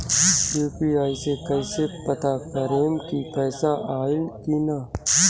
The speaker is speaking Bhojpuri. यू.पी.आई से कईसे पता करेम की पैसा आइल की ना?